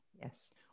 Yes